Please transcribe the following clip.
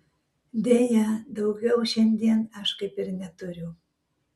deja daugiau šiandien aš kaip ir neturiu